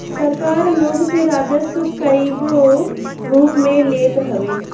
सरकार लोग से राजस्व कईगो रूप में लेत हवे